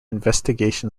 investigation